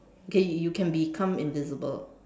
okay you can become invisible